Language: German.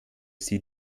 sie